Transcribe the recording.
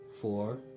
Four